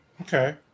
Okay